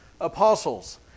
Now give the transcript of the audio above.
apostles